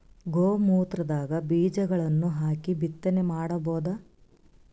ಗೋ ಮೂತ್ರದಾಗ ಬೀಜಗಳನ್ನು ಹಾಕಿ ಬಿತ್ತನೆ ಮಾಡಬೋದ?